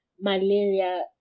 malaria